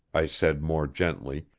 i said more gently,